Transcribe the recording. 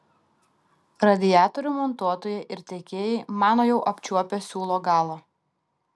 radiatorių montuotojai ir tiekėjai mano jau apčiuopę siūlo galą